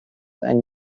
yng